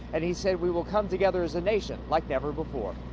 and he said we will come together as a nation like never before.